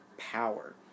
power